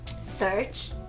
search